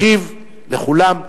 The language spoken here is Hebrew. ישיב לכולם,